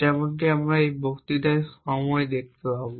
যেমনটি আমরা এই বক্তৃতার সময় দেখতে পাব